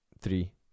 Three